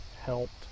helped